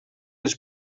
les